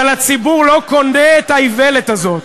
אבל הציבור לא קונה את האיוולת הזאת.